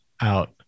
out